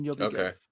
okay